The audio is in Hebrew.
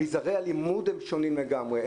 אביזרי הלימוד הם שונים לגמרי.